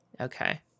Okay